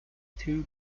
two